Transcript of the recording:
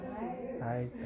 hi